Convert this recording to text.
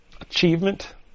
achievement